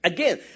Again